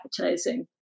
advertising